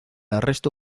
arresto